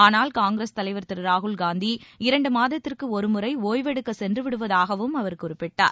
ஆனால் காங்கிரஸ் தலைவர் திரு ராகுல்காந்தி இரண்டு மாதத்திற்கு ஒருமுறை ஓய்வெடுக்க சென்றுவிடுவதாகவும் அவர் குறிப்பிட்டார்